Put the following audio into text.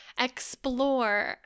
explore